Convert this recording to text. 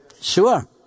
Sure